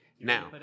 Now